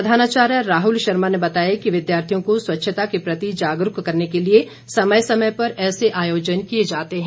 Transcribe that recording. प्रधानाचार्य राहुल शर्मा ने बताया कि विद्यार्थियों को स्वच्छता के प्रति जागरूक करने के लिए समय समय पर ऐसे आयोजन किए जाते हैं